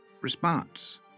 response